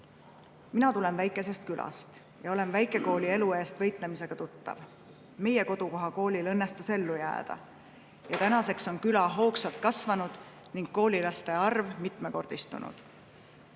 tulen väikesest külast ja olen väikekooli elu eest võitlemisega tuttav. Meie kodukoha koolil õnnestus ellu jääda ja tänaseks on küla hoogsalt kasvanud ning koolilaste arv mitmekordistunud.